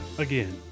again